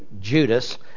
Judas